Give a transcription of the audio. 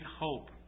hope